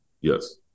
Yes